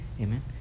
Amen